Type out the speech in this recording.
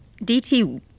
dt